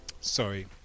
sorry